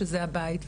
שזה הבית.